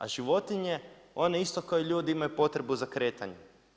A životinje, oni isto ko i ljudi imaju potrebu za kretanjem.